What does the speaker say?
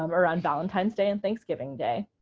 um around valentine's day and thanksgiving day.